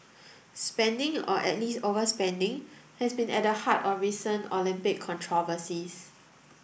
spending or at least overspending has been at the heart of recent Olympic controversies